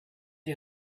the